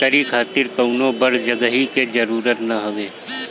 एकरी खातिर कवनो बड़ जगही के जरुरत ना हवे